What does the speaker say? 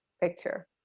picture